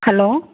hello